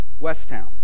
Westtown